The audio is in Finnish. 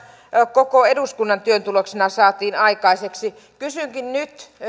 koko eduskunnan työn tuloksena saatiin aikaiseksi kysynkin nyt